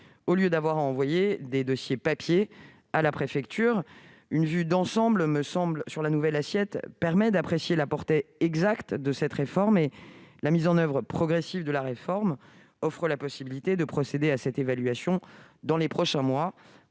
au lieu d'avoir à envoyer des dossiers papier à la préfecture. Une vue d'ensemble sur la nouvelle assiette permet donc d'apprécier la portée exacte de la réforme, et la mise en oeuvre progressive de cette dernière offrira la possibilité de procéder à une telle évaluation dans les prochains mois.